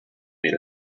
made